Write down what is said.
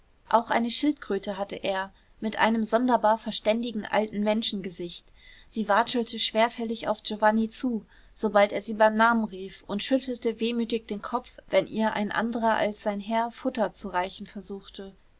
auch eine schildkröte hatte er mit einem sonderbar verständigen alten menschengesicht sie watschelte schwerfällig auf giovanni zu sobald er sie beim namen rief und schüttelte wehmütig den kopf wenn ihr ein anderer als sein herr futter zu reichen versuchte